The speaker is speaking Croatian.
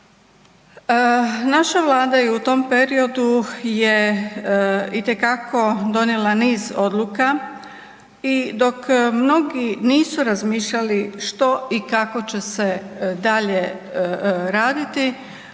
Naša Vlada je u tom periodu je itekako donijela niz odluka i dok mnogi nisu razmišljali što i kako će se dalje raditi,